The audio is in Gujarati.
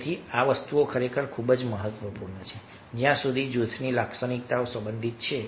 તેથી આ વસ્તુઓ ખરેખર ખૂબ જ મહત્વપૂર્ણ છે જ્યાં સુધી જૂથની લાક્ષણિકતાઓ સંબંધિત છે